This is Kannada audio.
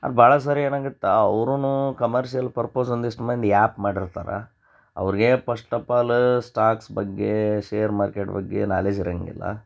ಅದು ಭಾಳ ಸಾರಿ ಏನಾಗತ್ತೆ ಅವ್ರೂನೂ ಕಮರ್ಷಿಯಲ್ ಪರ್ಪೋಸ್ ಒಂದಿಷ್ಟು ಮಂದಿ ಆ್ಯಪ್ ಮಾಡಿರ್ತಾರೆ ಅವ್ರಿಗೇ ಪಶ್ಟ್ ಆಪ್ ಆಲ ಸ್ಟಾಕ್ಸ್ ಬಗ್ಗೆ ಷೇರ್ ಮಾರ್ಕೇಟ್ ಬಗ್ಗೆ ನಾಲೆಜ್ ಇರೋಂಗಿಲ್ಲ